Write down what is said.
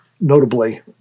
notably